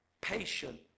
patient